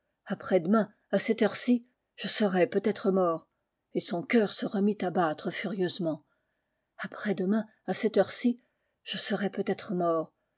après-demain à cette heure-ci je serai peut-être mort et son cœur se remit à battre furieusement après-demain à cette heure-ci je serai peut-être mort